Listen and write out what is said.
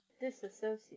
disassociate